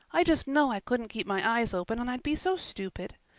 i just know i couldn't keep my eyes open and i'd be so stupid.